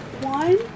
one